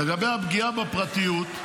לגבי הפגיעה בפרטיות,